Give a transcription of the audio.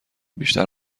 بیشتر